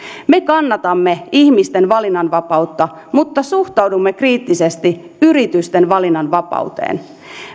me kannatamme ihmisten valinnanvapautta mutta suhtaudumme kriittisesti yritysten valinnanvapauteen